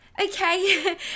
Okay